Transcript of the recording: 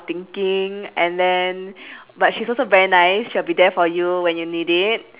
thinking and then but she's also very nice she'll be there for you when you need it